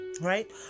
right